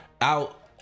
Out